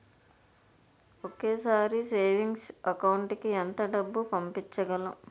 ఒకేసారి savings account కి ఎంత డబ్బు పంపించగలము?